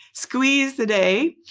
squeeze the day,